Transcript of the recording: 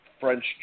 French